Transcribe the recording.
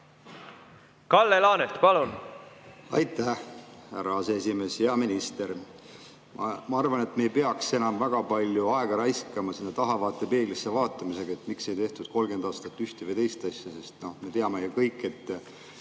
Kalle Laanet, palun! Aitäh, härra aseesimees! Hea minister! Ma arvan, et me ei peaks enam väga palju aega raiskama sinna tahavaatepeeglisse vaatamise peale, et miks ei tehtud 30 aastat ühte või teist asja. Me teame ju kõik, et